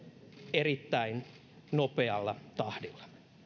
erittäin nopealla tahdilla